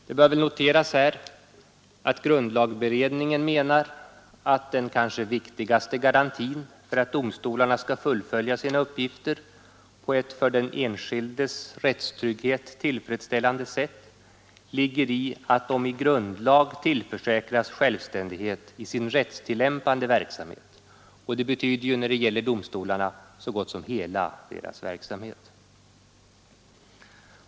Det bör noteras här att grundlagberedningen menar att den kanske viktigaste garantin för att domstolarna skall fullfölja sina uppgifter på ett för den enskildes rättstrygghet tillfredsställande sätt ligger i att de i grundlag tillförsäkras självständighet i sin rättstillämpande verksamhet, vilket ju när det gäller domstolarna betyder så gott som hela deras verksamhet.